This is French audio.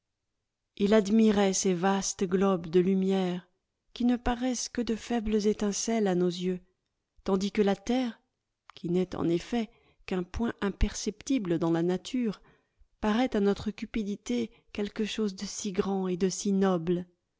il admirait ces vastes globes de lumière qui ne paraissent que de faibles étincelles à nos yeux tandis que la terre qui n'est en effet qu'un point imperceptible dans la nature paraît à notre cupidité quelque chose de si grand et de si noble